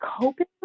Coping